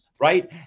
right